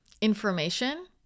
Information